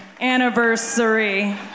anniversary